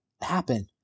happen